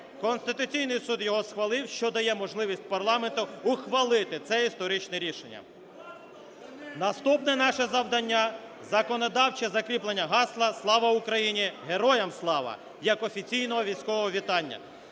Конституційний Суд його схвалив, що дає можливість парламенту ухвалити це історичне рішення. Наступне наше завдання – законодавче закріплення гасла "Слава Україні!", "Героям Слава!" як офіційного військове вітання.